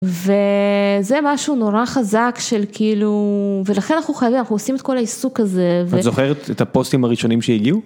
וזה משהו נורא חזק של כאילו, ולכן אנחנו חייבים, אנחנו עושים את כל העיסוק הזה. ואת זוכרת את הפוסטים הראשונים שהגיעו?